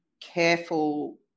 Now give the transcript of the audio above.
careful